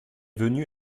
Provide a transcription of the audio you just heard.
venu